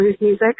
music